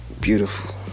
beautiful